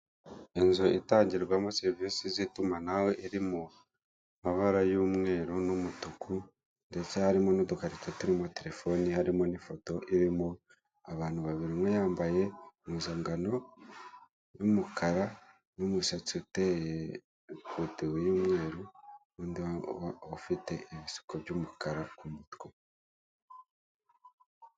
Inzu itangirwamo serivise z'itumanaho iri mu mabara y'umweru n'umutuku, ndetse harimo n'udukarito turimo telefone harimo n'ifoto irimo abantu babiri umwe yambaye impuzangano y'umukara, n'umusatsi uteye poroduwi y'umweru, n'undi ufite ibisuko by'umukara ku kutwe we.